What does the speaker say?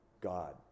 God